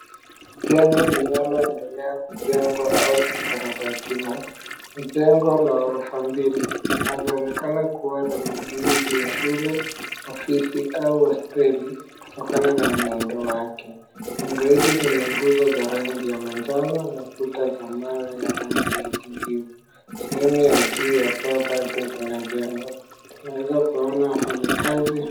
Jengo linaloendelea kujengwa au kukarabatiwa. Jengo la orofa mbili linaloonekana kuwa la matumizi ya shule, ofisi au hoteli kutokana na muundo wake. Jengo hili lina nguzo za rangi ya manjano na kuta za mawe ya rangi ya kijivu. Sehemu ya juu ya paa bado linajengwa. Tunaweza kuona wafanyakazi.